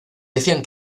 decían